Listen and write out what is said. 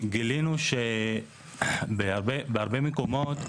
גילינו שבהרבה מקומות,